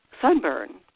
sunburn